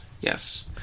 Yes